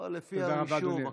לפי הרישום.